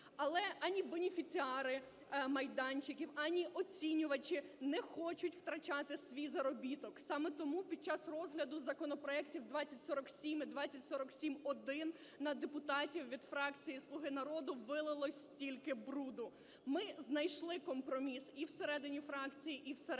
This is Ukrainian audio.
Але ані бенефіціари майданчиків, ані оцінювачі не хочуть втрачати свій заробіток. Саме тому під час розгляду законопроектів 2047 і 2047-1 на депутатів від фракції "Слуги народу" вилилось стільки бруду. Ми знайшли компроміс і всередині фракції, і всередині